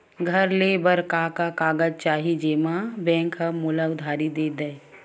घर ले बर का का कागज चाही जेम मा बैंक हा मोला उधारी दे दय?